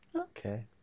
Okay